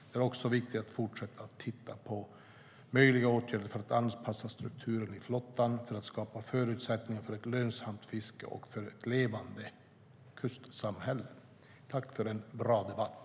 Det är också viktigt att fortsätta titta på möjliga åtgärder för att anpassa strukturen i flottan och skapa förutsättningar för ett lönsamt fiske och ett levande kustsamhälle. Jag tackar för en bra debatt.